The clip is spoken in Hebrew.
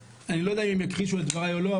אני לא יודע אם יכחישו את דבריי או לא,